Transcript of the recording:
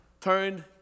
turned